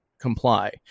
comply